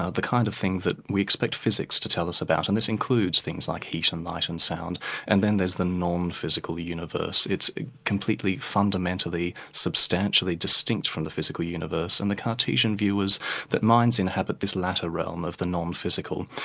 ah the kind of thing that we expect physics to tell us about, and this includes things like heat and light and sound and then there's the non-physical universe. it's completely, fundamentally, substantially distinct from the physical universe, and the cartesian view was that minds inhabit this latter realm of the non-physical,